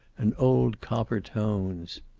and old copper tones.